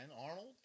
Arnold